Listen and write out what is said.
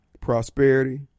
prosperity